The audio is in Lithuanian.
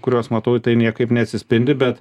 kuriuos matau tai niekaip neatsispindi bet